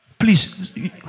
Please